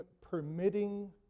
permitting